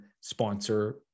sponsor